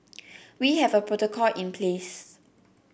we have a protocol in place